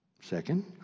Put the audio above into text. second